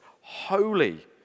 holy